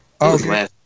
Okay